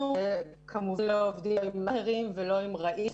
אנחנו כמובן לא עובדים עם מאכרים ולא עם (לא שומעים בזום)